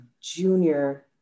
junior